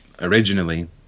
originally